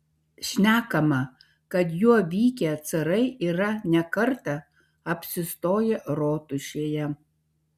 šnekama kad juo vykę carai yra ne kartą apsistoję rotušėje